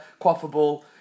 quaffable